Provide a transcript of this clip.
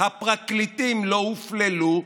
הפרקליטים לא הופללו.